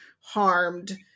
harmed